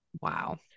Wow